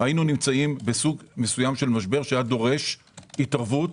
היינו נמצאים בסוג של משבר שהיה דורש התערבות